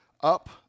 up